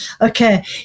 Okay